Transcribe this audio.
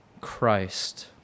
Christ